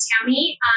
Tammy